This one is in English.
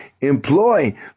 employ